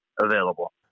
available